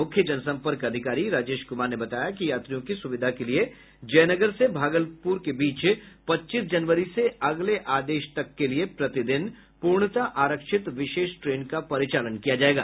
मुख्य जनसंपर्क अधिकारी राजेश कुमार ने बताया कि यात्रियों की सुविधा के लिए जयनगर से भागलपुर के बीच पच्चीस जनवरी से अगले आदेश तक के लिए प्रतिदिन पूर्णतः आरक्षित विशेष ट्रेन का परिचालन किया जाएगा